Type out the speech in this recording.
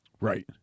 right